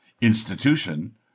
institution